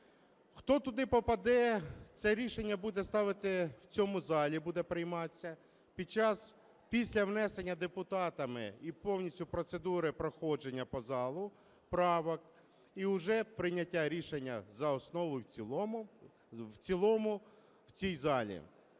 Хто туди попаде, це рішення буде ставити… в цьому залі буде прийматися під час… після внесення депутатами і повністю процедури проходження по залу правок, і уже прийняття рішення за основу і в цілому в цій залі.